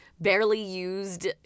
barely-used